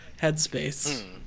headspace